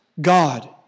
God